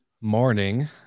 morning